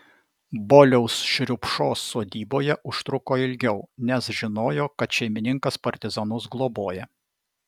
boliaus šriupšos sodyboje užtruko ilgiau nes žinojo kad šeimininkas partizanus globoja